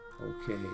Okay